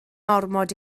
ormod